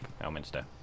Elminster